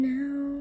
Now